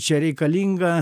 čia reikalinga